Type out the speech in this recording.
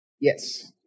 yes